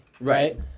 Right